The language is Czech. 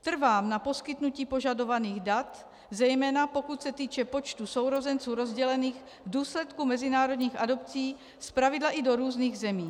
Trvám na poskytnutí požadovaných dat, zejména pokud se týče počtu sourozenců rozdělených v důsledku mezinárodních adopcí zpravidla i do různých zemí.